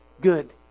good